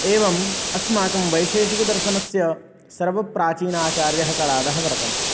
एवम् अस्माकं वैशेषिकदर्शनस्य सर्वप्राचीनाचार्यः कणादः वर्तन्ते